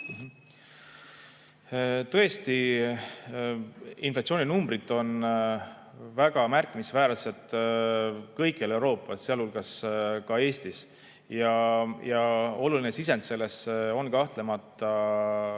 Tõesti, inflatsiooninumbrid on väga märkimisväärsed kõikjal Euroopas, sealhulgas Eestis. Oluline sisend on siin kahtlemata